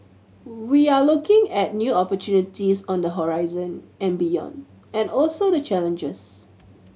we are looking at new opportunities on the horizon and beyond and also the challenges